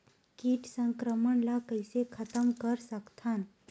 कीट संक्रमण ला कइसे खतम कर सकथन?